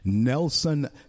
Nelson